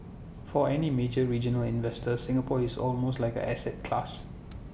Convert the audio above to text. for any major regional investor Singapore is almost like an asset class